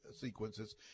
sequences